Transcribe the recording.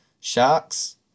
Sharks